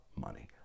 money